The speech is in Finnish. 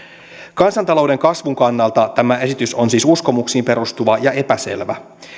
kansantalouden kasvun kannalta tämä esitys on siis uskomuksiin perustuva ja epäselvä